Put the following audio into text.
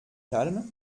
calme